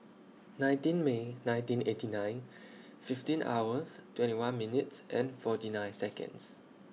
nineteen May nineteen eighty nine fifteen hours twenty one minutes and forty nine Seconds